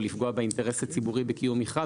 לפגוע באינטרס הציבורי בקיום מכרז.